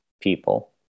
people